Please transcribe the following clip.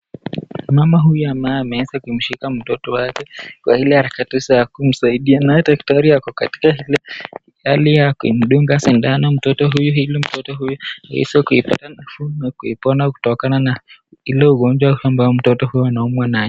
Mama huyu ambaye ameweza kumshika mtoto wake kwa ile harakati za kumsaidia naye daktari ako katika ile hali ya kumdunga sindano mtoto huyu ili mtoto huyu aweze kuipata nafuu na kupona kutokana na ile ugonjwa ambayo mtoto huyu anaumwa nayo.